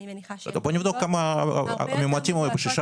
אני מניחה --- נבדקו כמה מאומתים היו ב-16,